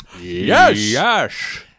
Yes